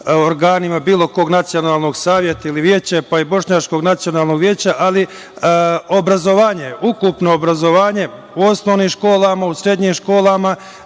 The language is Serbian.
organima bilo kog nacionalnog saveta ili veća, pa i Bošnjačkog nacionalnog veća, ali ukupno obrazovanje u osnovim školama, u srednjim školama